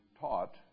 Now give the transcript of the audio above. taught